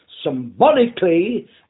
symbolically